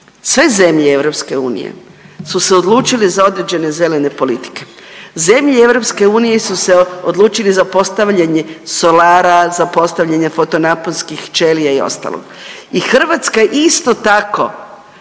Sve zemlje EU su se odlučile za određene zelene politike, zemlje EU su se odlučili za postavljanje solara, za postavljanje fotonaponskih ćelija i ostalog i Hrvatska isto tako